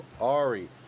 Ari